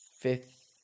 fifth